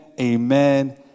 amen